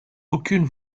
aucune